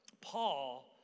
Paul